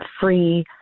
free